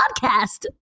podcast